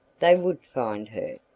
they would find her,